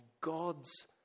God's